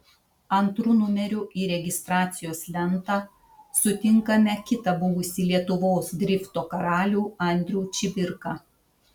antru numeriu į registracijos lentą sutinkame kitą buvusį lietuvos drifto karalių andrių čibirką